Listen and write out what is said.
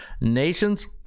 Nations